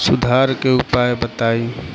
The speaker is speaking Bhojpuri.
सुधार के उपाय बताई?